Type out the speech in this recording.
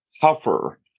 tougher